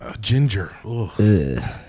ginger